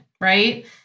right